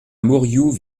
mourioux